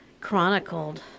chronicled